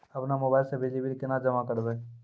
अपनो मोबाइल से बिजली बिल केना जमा करभै?